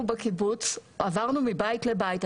אנחנו בקיבוץ עברנו מבית לבית.